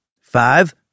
Five